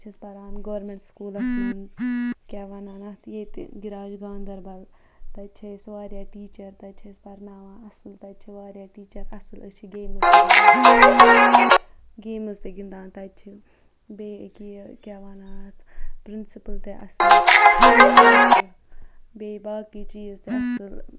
بہٕ چھَس پَران گارمینٹ سکوٗلَس مَنٛز کیاہ وَنان اَتھ ییٚتہِ گِراج گاندَربَل تَتہِ چھِ أسۍ واریاہ ٹیٖچَر تَتہِ چھِ اَسہِ پَرناوان اَصل تَتہِ چھِ واریاہ ٹیٖچَر اَصل أسۍ چھِ گیمٕز گیمٕز تہِ گِنٛدان تَتہِ چھِ بیٚیہِ اکیاہ یہِ کیاہ وَنان اَتھ پرنسپٕل تہِ اَصل بییٚہِ باقٕے چیٖز تہِ اَصل